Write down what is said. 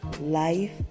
life